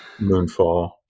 Moonfall